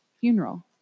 funeral